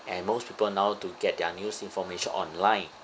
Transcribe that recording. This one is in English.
and most people now like to get their news information online